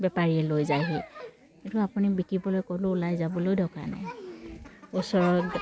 বেপাৰীয়ে লৈ যায়হি সেইটো আপুনি বিকিবলৈ ক'লোঁ ওলাই যাবলৈ দৰকাৰ নাই ওচৰত